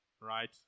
Right